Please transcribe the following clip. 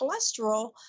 cholesterol